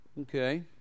Okay